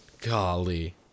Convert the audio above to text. golly